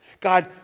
God